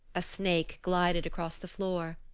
a snake glided across the floor.